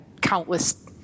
countless